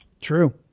True